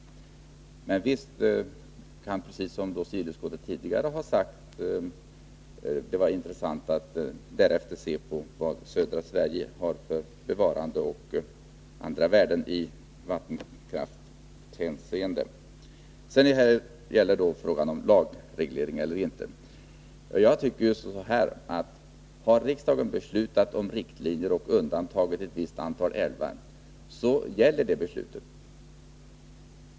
Men visst kan det — precis som civilutskottet tidigare har sagt — vara intressant att därefter se på vad södra Sverige har för bevarandevärden och andra värden i vattenkraftshänseende. Så till frågan om lagreglering eller inte. Jag tycker att har riksdagen beslutat om riktlinjer och undantagit ett visst antal älvar, så gäller det beslutet.